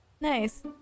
Nice